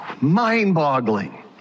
Mind-boggling